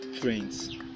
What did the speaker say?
friends